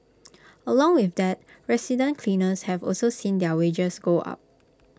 along with that resident cleaners have also seen their wages go up